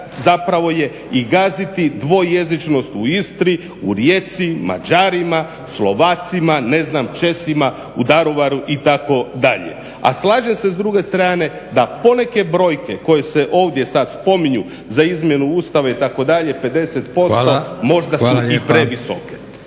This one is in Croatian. zapravo je i gaziti dvojezičnost u Istri, u Rijeci, Mađarima, Slovacima ne znam Česima u Daruvaru itd. A slažem se s druge strane da poneke brojke koje se ovdje sad spominju za izmjenu Ustava itd., 50% možda su i previsoke.